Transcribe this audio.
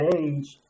age